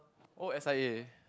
oh s_i_a